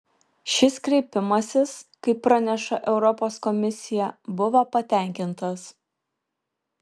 šis kreipimasis kaip praneša europos komisija buvo patenkintas